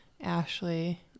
Ashley